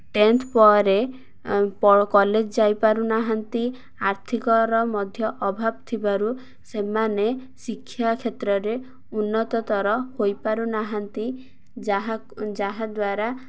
tenth ପରେ college ଯାଇପାରୁନାହାନ୍ତି ଆର୍ଥିକର ମଧ୍ୟ ଅଭାବ ଥିବାରୁ ସେମାନେ ଶିକ୍ଷା କ୍ଷେତ୍ରରେ ଉନ୍ନତତର ହୋଇପାରୁନାହାନ୍ତି ଯାହା ଯାହାଦ୍ୱାରା